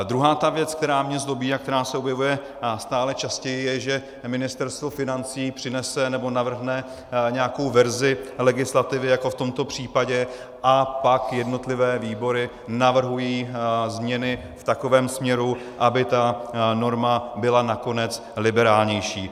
Druhá ta věc, která mě zlobí a která se objevuje stále častěji, je, že Ministerstvo financí přinese nebo navrhne nějakou verzi legislativy jako v tomto případě a pak jednotlivé výbory navrhují změny v takovém směru, aby ta norma byla nakonec liberálnější.